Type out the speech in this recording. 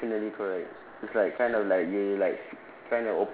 yes definitely correct it's like kind of like you like